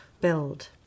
build